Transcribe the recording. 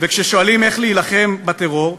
וכששואלים איך להילחם בטרור,